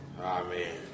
Amen